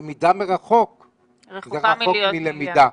למידה מרחוק זה רחוק מלמידה.